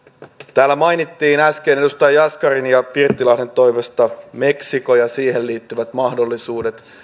täällä mainittiin äsken edustaja jaskarin ja pirttilahden toimesta meksiko ja siihen liittyvät mahdollisuudet